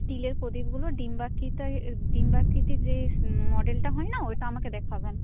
স্টিলের প্রদীপগুলো ডিম্বাকৃতায় ডিম্বাকৃতি যে মডেলটা হয় না ওটা আমাকে দেখাবেন